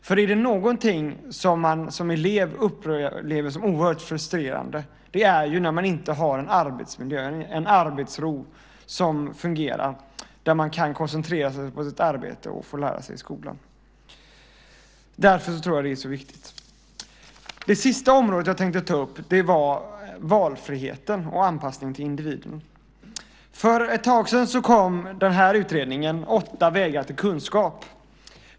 För är det någonting som man som elev upplever som oerhört frustrerande är det när man inte har arbetsro, en arbetsmiljö som fungerar, där man kan koncentrera sig på sitt arbete och lära sig i skolan. Därför tror jag att det är så viktigt. Det sista området jag tänkte ta upp är valfriheten och anpassningen till individen. För ett tag sedan kom utredningen Åtta vägar till kunskap .